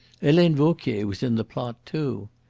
helene vauquier was in the plot, too.